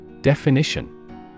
Definition